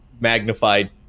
magnified